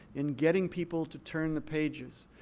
in getting people to turn the pages.